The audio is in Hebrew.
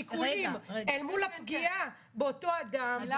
השיקולים אל מול הפגיעה באותו אדם -